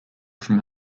from